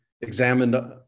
examined